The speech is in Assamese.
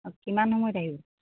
অঁ কিমান সময়ত আহিব